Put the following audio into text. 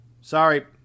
Sorry